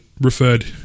referred